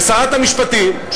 ושרת המשפטים,